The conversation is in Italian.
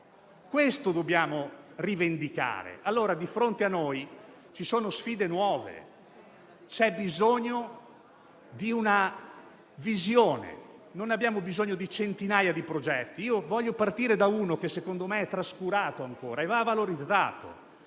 Questo lo dobbiamo rivendicare. Di fronte a noi ci sono sfide nuove; c'è bisogno di una visione. Non abbiamo bisogno di centinaia di progetti. Voglio partire da uno di essi, che secondo me è ancora trascurato e che invece va valorizzato: